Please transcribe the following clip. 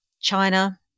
China